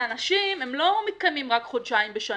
אנשים לא מתקיימים רק חודשיים בשנה.